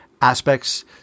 aspects